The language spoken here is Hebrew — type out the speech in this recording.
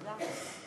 תודה רבה.